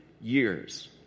years